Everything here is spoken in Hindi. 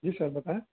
जी सर बताएँ